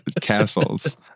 castles